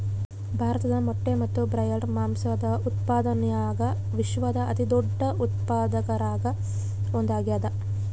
ಭಾರತ ಮೊಟ್ಟೆ ಮತ್ತು ಬ್ರಾಯ್ಲರ್ ಮಾಂಸದ ಉತ್ಪಾದನ್ಯಾಗ ವಿಶ್ವದ ಅತಿದೊಡ್ಡ ಉತ್ಪಾದಕರಾಗ ಒಂದಾಗ್ಯಾದ